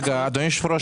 אדוני היושב ראש,